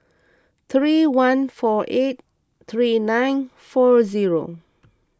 three one four eight three nine four zero